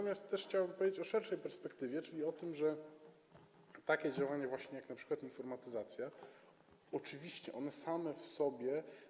Chciałbym tu też powiedzieć o szerszej perspektywie, czyli o tym, że takie działanie właśnie, jak np. informatyzacja, oczywiście one same w sobie.